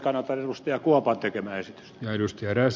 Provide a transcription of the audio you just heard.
kannatan ed